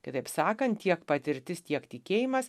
kitaip sakant tiek patirtis tiek tikėjimas